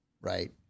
Right